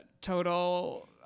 total